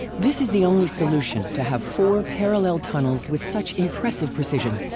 this is the only solution to have four parallel tunnels with such impressive precision.